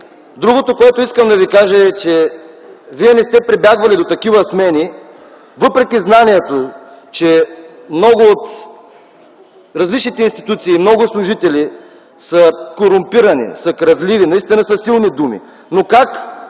Другото, което искам да Ви кажа, е, че Вие не сте прибягвали до такива смени въпреки знанието, че много служители от различните институции са корумпирани, са крадливи – наистина са силни думи,